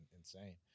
Insane